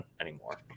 anymore